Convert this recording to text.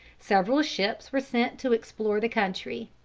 several ships were sent to explore the country.